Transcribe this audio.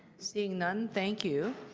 seeing none, thank you.